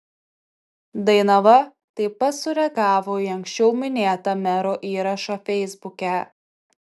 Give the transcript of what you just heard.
dainava taip pat sureagavo į anksčiau minėtą mero įrašą feisbuke